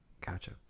Gotcha